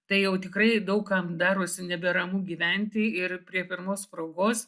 tai jau tikrai daug kam darosi neberamu gyventi ir prie pirmos progos